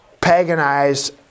paganized